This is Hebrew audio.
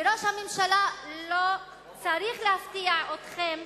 וראש הממשלה לא צריך להפתיע אתכם,